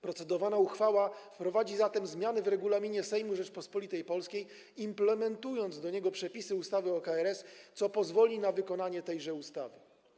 Procedowana uchwała wprowadzi zatem zmiany w Regulaminie Sejmu Rzeczypospolitej Polskiej, implementując do niego przepisy ustawy o KRS, co pozwoli na wykonanie tejże ustawy.